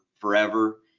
forever